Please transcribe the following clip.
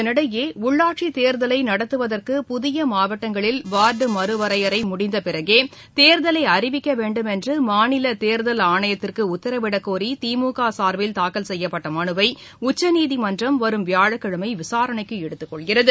இதனிடையேஉள்ளாட்சிதேர்தலைநடத்துவதற்கு புதியமாவட்டங்களில் வா்டுமறுவரையறைமுடிந்தபிறகேதேர்தலைஅறிவிக்கவேண்டுமென்றுமாநிலதேர்தல் ஆணையத்துக்குஉத்தரவிடக் கோரிதிழகசார்பில் செய்யப்பட்டமனுவைஉச்சநீதிமன்றம் தாக்கல் வரும் வியாழக்கிழமைவிசாரணைக்குஎடுத்துக்கொள்கிறது